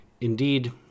Indeed